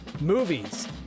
Movies